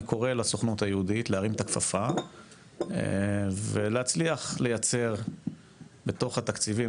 אני קורא לסוכנות היהודית להרים את הכפפה ולהצליח לייצר בתוך התקציבים,